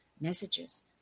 messages